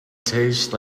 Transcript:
tastes